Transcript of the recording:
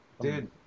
Dude